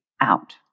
out